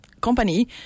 company